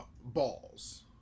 balls